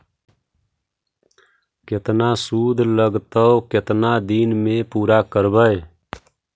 केतना शुद्ध लगतै केतना दिन में पुरा करबैय?